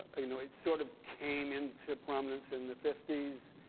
ah you know, it sort of came into prominence in the fifty s.